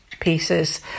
pieces